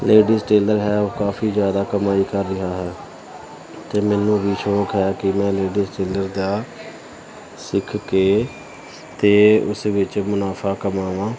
ladies tailor ਹੈ ਉਹ ਕਾਫੀ ਜ਼ਿਆਦਾ ਕਮਾਈ ਕਰ ਰਿਹਾ ਹੈ ਅਤੇ ਮੈਨੂੰ ਵੀ ਸ਼ੌਕ ਹੈ ਕਿ ਮੈਂ ਲੇਡੀਜ ਟੇਲਰ ਦਾ ਸਿੱਖ ਕੇ ਅਤੇ ਉਸ ਵਿੱਚ ਮੁਨਾਫਾ ਕਮਾਵਾਂ